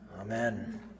Amen